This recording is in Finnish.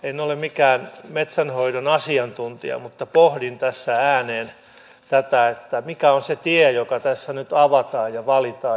en ole mikään metsänhoidon asiantuntija mutta pohdin tässä ääneen tätä mikä on se tie joka tässä nyt avataan ja valitaan